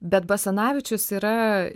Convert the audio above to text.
bet basanavičius yra